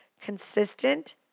consistent